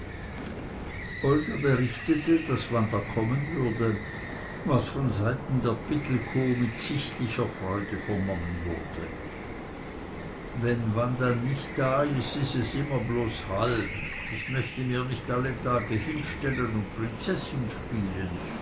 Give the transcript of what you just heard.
olga berichtete daß wanda kommen würde was von seiten der pittelkow mit sichtlicher freude vernommen wurde wenn wanda nich da is is es immer bloß halb ich möchte mir nich alle tage hinstellen un prinzessin spielen